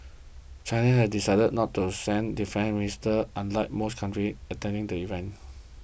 China has decided not to send defence minister unlike most countries attending the event